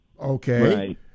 Okay